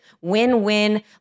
win-win